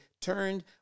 turned